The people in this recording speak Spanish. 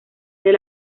del